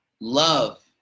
love